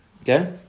Okay